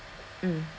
mm